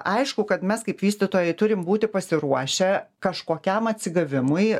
aišku kad mes kaip vystytojai turim būti pasiruošę kažkokiam atsigavimui